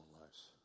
lives